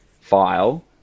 file